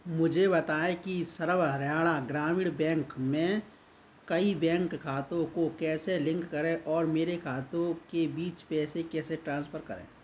मुझे बताएँ कि सर्व हरियाणा ग्रामीण बैंक में कई बैंक खातों को कैसे लिंक करें और मेरे अपने खातों के बीच पैसे कैसे ट्रांसफ़र करें